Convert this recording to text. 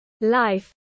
life